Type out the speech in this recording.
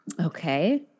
Okay